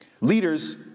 leaders